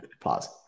pause